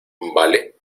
vale